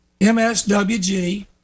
MSWG